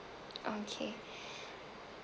okay